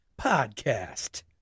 Podcast